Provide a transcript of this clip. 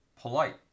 polite